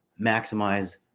maximize